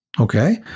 Okay